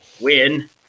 win